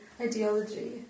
ideology